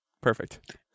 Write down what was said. Perfect